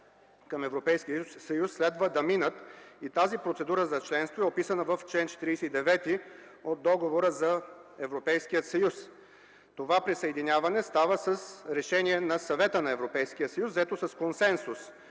към Европейския съюз, следва да минат. Тази процедура за членство е описана в чл. 49 от Договора за Европейския съюз. Това присъединяване става с решение на Съвета на Европейския съюз, взето с консенсус,